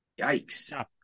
yikes